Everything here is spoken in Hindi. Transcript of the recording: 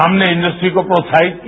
हमने इडस्ट्री को प्रोत्साहित किया